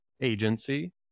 agency